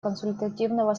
консультативного